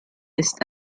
ist